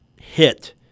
hit